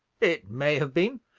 it may have been.